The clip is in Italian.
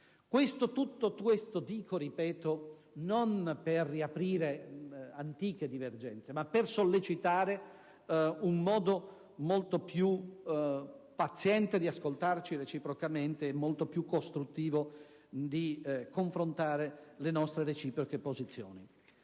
Tutto questo lo ripeto non per riaprire antiche divergenze, ma per sollecitare un modo molto più paziente di ascoltarci reciprocamente e molto più costruttivo di confrontare le nostre reciproche posizioni.